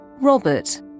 Robert